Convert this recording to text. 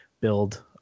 build